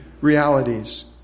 Realities